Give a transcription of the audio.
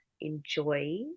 enjoy